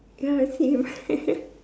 ya same